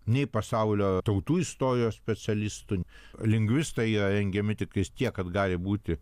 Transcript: nei pasaulio tautų istorijos specialistų lingvistai jie rengiami tiktais tiek kad gali būti